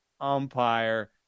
umpire